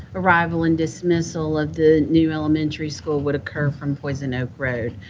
arrival and dismissal of the new elementary school would occur from poison oak road.